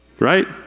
right